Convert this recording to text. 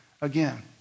again